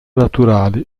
naturale